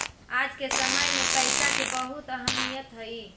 आज के समय में पईसा के बहुत अहमीयत हई